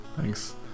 thanks